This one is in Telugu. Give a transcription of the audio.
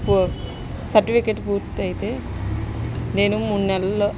సర్టిఫికేట్ పూర్తయితే నేను మూడునెలల్లో